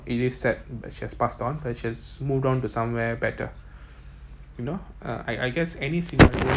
it is sad that she has passed on that she had moved on to somewhere better you know uh I I guess any single day